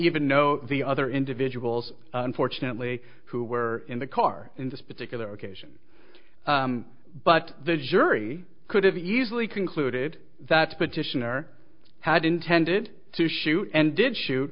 even know the other individuals unfortunately who were in the car in this particular occasion but the jury could have easily concluded that petitioner had intended to shoot and did shoot